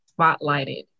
spotlighted